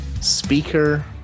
speaker